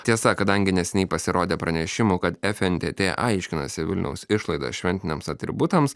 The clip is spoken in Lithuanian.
tiesa kadangi neseniai pasirodė pranešimų kad fntt aiškinasi vilniaus išlaidas šventiniams atributams